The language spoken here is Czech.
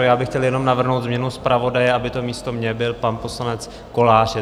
Já bych chtěl jenom navrhnout změnu zpravodaje, aby to místo mě byl pan poslanec Kolář.